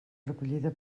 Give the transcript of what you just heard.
recollida